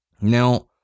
Now